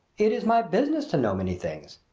it is my business to know many things.